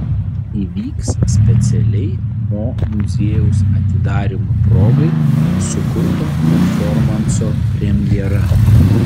įvyks specialiai mo muziejaus atidarymo progai sukurto performanso premjera